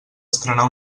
estrenar